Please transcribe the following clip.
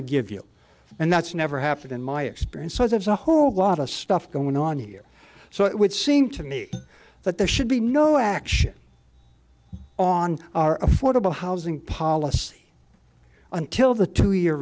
to give you and that's never happened in my experience so there's a whole lot of stuff going on here so it would seem to me that there should be no action on our affordable housing policy until the two year